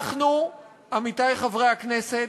אנחנו, עמיתי חברי הכנסת,